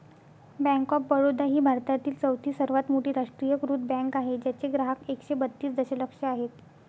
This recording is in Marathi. बँक ऑफ बडोदा ही भारतातील चौथी सर्वात मोठी राष्ट्रीयीकृत बँक आहे ज्याचे ग्राहक एकशे बत्तीस दशलक्ष आहेत